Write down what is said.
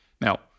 Now